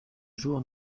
jour